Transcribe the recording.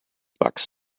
bucks